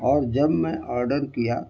اور جب میں آڈر کیا